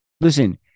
Listen